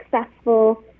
successful